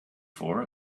for